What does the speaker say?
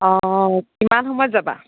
অ' কিমান সময়ত যাবা